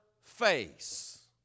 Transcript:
face